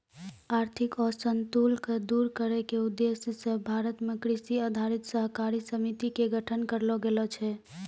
आर्थिक असंतुल क दूर करै के उद्देश्य स भारत मॅ कृषि आधारित सहकारी समिति के गठन करलो गेलो छै